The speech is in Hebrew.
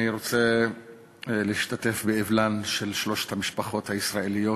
אני רוצה להשתתף באבלן של שלוש המשפחות הישראליות